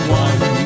one